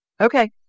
Okay